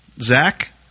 Zach